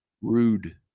Rude